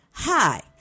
Hi